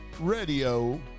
Radio